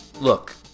Look